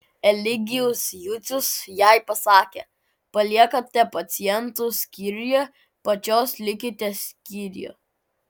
eligijus jucius jai pasakė paliekate pacientus skyriuje pačios likite skyriuje